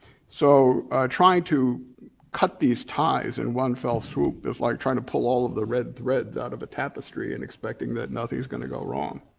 so trying to cut these ties in one fell swoop is like trying to pull all of the red threads out of the tapestry and expecting that nothing's gonna go wrong.